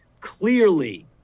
Clearly